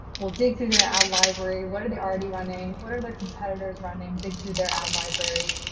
we'll dig through their ad library. what are they already running? what are their competitors running? dig through their ad libraries,